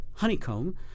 Honeycomb